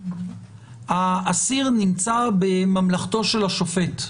האסיר נמצא בממלכתו של השופט.